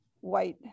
white